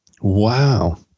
Wow